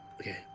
okay